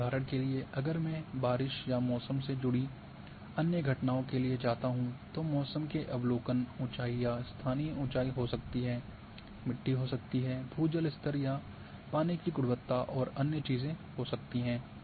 और उदाहरण के लिए अगर मैं बारिश या मौसम से जुड़ी अन्य घटनाओं के लिए जाता हूँ तो मौसम के अवलोकन ऊंचाई या स्थानीय ऊंचाई हो सकती है मिट्टी हो सकती है भूजल स्तर या पानी की गुणवत्ता और अन्य चीजें हो सकती हैं